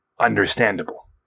understandable